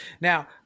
Now